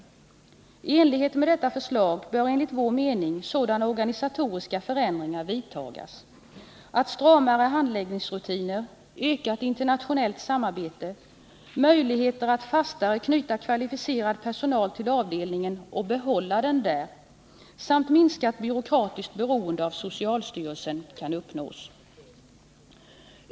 I enlighet med detta förslag bör enligt vår mening sådana organisatoriska förändringar vidtas, att stramare handläggningsrutiner, ökat internationellt samarbete, möjligheter att fastare knyta kvalificerad personal till läkemedelsavdelningen och där behålla den samt minskat byråkratiskt beroende av socialstyrelsen kan uppnås.